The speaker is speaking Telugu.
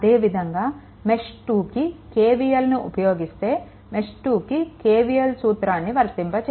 అదేవిధంగా మెష్2కి KVLని ఉపయోగిస్తే మెష్2 కి KVL సూత్రాన్ని వర్తింపచేయాలి